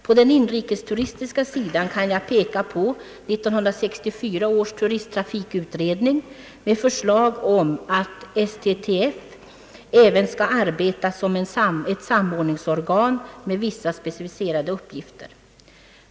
På den inrikesturistiska sidan kan jag peka på 1964 års turisttrafikutredning med förslag om att STTF även skall arbeta som ett samordningsorgan med vissa specificerade uppgifter.